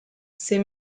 ses